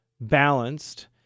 balanced